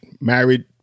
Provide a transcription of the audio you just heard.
married